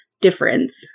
difference